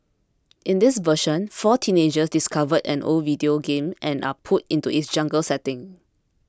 in this version four teenagers discover an old video game and are pulled into its jungle setting